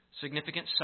significant